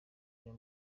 cyo